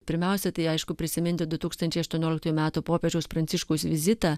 pirmiausia tai aišku prisiminti du tūkstančiai aštuonioliktųjų metų popiežiaus pranciškaus vizitą